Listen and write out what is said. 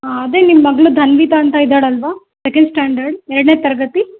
ಅದೇ ನಿಮ್ಮ ಮಗಳು ಧನ್ವಿತಾ ಅಂತ ಇದ್ದಾಳಲ್ವಾ ಸೆಕೆಂಡ್ ಸ್ಟ್ಯಾಂಡರ್ಡ್ ಎರಡನೇ ತರಗತಿ